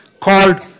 called